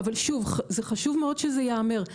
אבל שוב, זה חשוב מאוד שזה יאמר.